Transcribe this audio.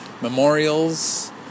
memorials